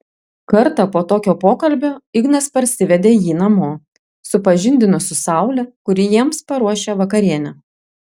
kartą po tokio pokalbio ignas parsivedė jį namo supažindino su saule kuri jiems paruošė vakarienę